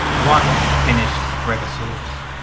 one finished gregosaurus.